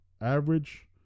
average